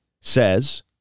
says